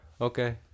Okay